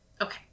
Okay